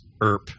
ERP